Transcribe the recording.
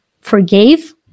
forgave